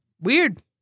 weird